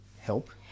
help